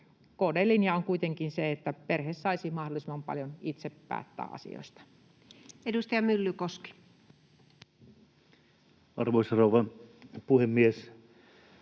KD:n linja on kuitenkin se, että perhe saisi mahdollisimman paljon itse päättää asioista. Edustaja Myllykoski. Arvoisa rouva puhemies!